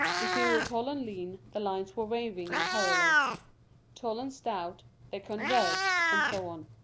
if he were tall and lean, the lines were waving and parallel tall and stout, they converged and so on.